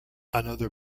another